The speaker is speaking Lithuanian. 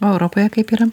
o europoje kaip yra